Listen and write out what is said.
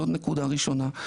זאת נקודה ראשונה.